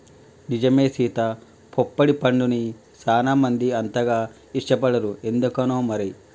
నిజమే సీత పొప్పడి పండుని సానా మంది అంతగా ఇష్టపడరు ఎందుకనో మరి